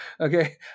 okay